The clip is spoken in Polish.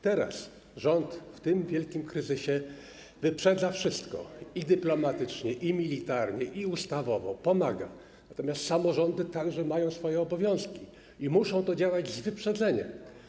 Teraz rząd w tym wielkim kryzysie wyprzedza wszystko, pomaga dyplomatycznie, militarnie i ustawowo, natomiast samorządy także mają swoje obowiązki i muszą działać z wyprzedzeniem.